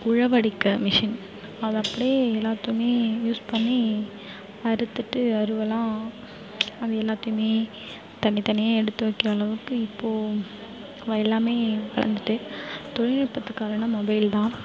உழவடிக்க machine அதை அப்படியே எல்லாத்துமே யூஸ் பண்ணி அறுத்துட்டு அறுவலாம் அதை எல்லாத்தையுமே தனி தனியே எடுத்து வைக்கிற அளவுக்கு இப்போ வ எல்லாமே வந்துவிட்டு தொழில்நுட்பத்து காரணம் மொபைல் தான்